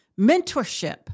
mentorship